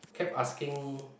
kept asking